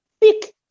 pick